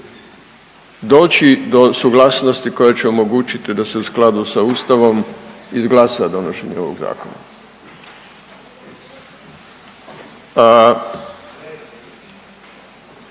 doći do suglasnosti koja će omogućiti da se u skladu sa Ustavom izglasa donošenje ovog Zakona,